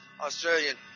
Australian